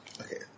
Okay